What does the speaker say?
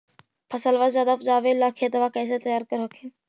फसलबा ज्यादा उपजाबे ला खेतबा कैसे तैयार कर हखिन?